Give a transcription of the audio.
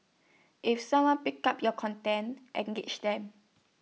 if someone pick up your content engage them